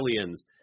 aliens